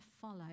follow